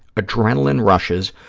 adrenaline rushes,